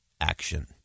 action